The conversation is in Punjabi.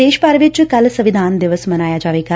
ਦੇਸ਼ ਭਰ ਵਿਚ ਕੱਲੂ ਸੰਵਿਧਾਨ ਦਿਵਸ ਮਨਾਇਆ ਜਾਵੇਗਾ